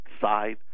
side